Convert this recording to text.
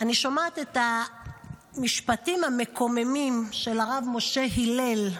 אני שומעת את המשפטים המקוממים של הרב משה הלל,